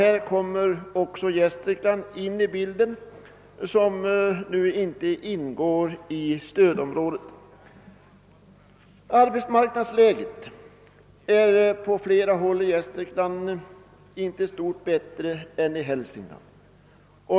Här kommer också Gästrikland, som nu inte ingår i stödområdet, in i bilden. Arbetsmarknadsläget är på flera håll i Gästrikland lika besvärande som i Hälsingland.